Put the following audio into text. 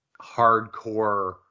hardcore